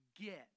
get